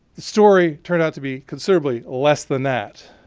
story turned out to be considerably less than that.